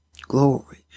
Glory